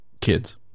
kids